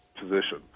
position